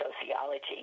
sociology